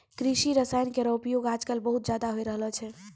कृषि रसायन केरो उपयोग आजकल बहुत ज़्यादा होय रहलो छै